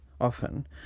Often